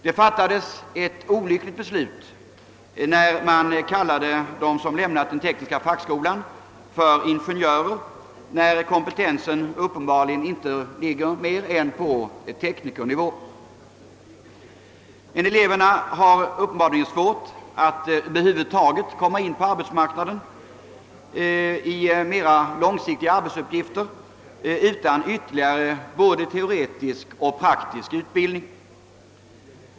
Det var ett olyckligt beslut att de som lämnade den tekniska fackskolan skulle kallas ingenjörer då kompetensen uppenbarligen bara ligger på teknikernivå. Eleverna har tydligen svårt att över huvud taget komma in på arbetsmarknaden då det gäller mera långsiktiga arbetsuppgifter utan ytterligare både teoretisk och praktisk utbildning.